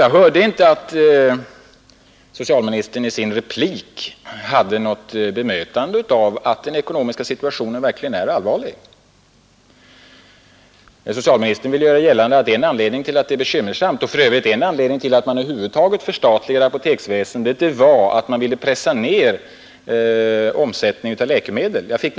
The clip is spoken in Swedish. Jag hörde inte att socialministern i sin replik bemötte påståendet om att den ekonomiska situationen för Apoteksbolaget verkligen är allvarlig. Socialministern vill göra gällande att en anledning till att man över huvud taget förstatligade apoteksväsendet var att man ville pressa ned omsättningen av läkemedel.